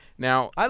Now